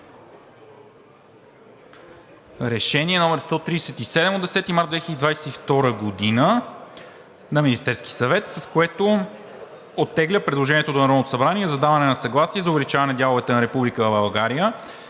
Решение № 137 от 10 март 2022 г. на Министерския съвет, с което оттегля предложението до Народното събрание, за даване на съгласие за увеличаване дяловете на Република България